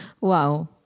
Wow